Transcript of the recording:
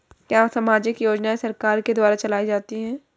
क्या सामाजिक योजनाएँ सरकार के द्वारा चलाई जाती हैं?